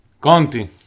Conti